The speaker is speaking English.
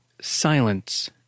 silence